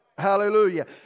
Hallelujah